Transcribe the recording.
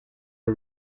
the